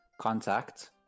contact